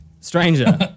Stranger